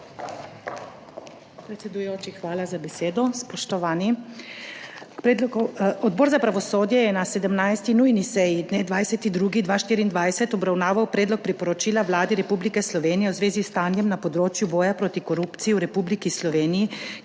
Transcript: hvala za besedo.